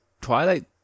Twilight